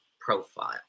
profile